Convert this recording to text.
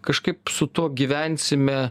kažkaip su tuo gyvensime